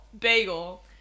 Bagel